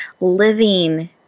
living